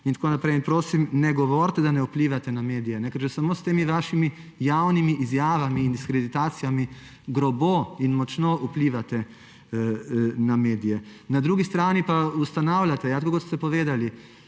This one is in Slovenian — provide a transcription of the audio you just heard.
strukturo. Prosim, ne govorite, da ne vplivate na medije. Ker samo s temi vašimi javnimi izjavami in diskreditacijami grobo in močno vplivate na medije. Na drugi strani pa ustanavljate, tako kot ste povedali,